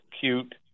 cute